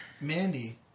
Mandy